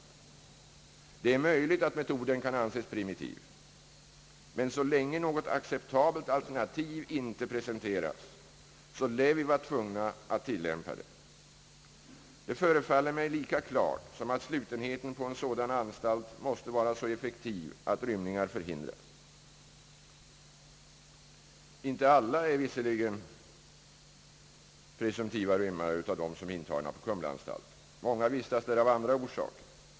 Det är möjligt att metoden kan anses primitiv. Men så länge något acceptabelt alternativ inte presenterats, lär vi vara tvungna att tillämpa den. Detta förefaller mig lika klart som att slutenheten på en sådan anstalt måste vara så effektiv att rymningar förhindras. Inte alla på Kumlaanstalten är presumtiva rymmare. Många vistas där av andra orsaker.